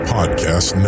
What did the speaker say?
Podcast